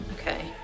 Okay